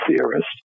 theorist